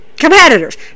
competitors